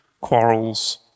quarrels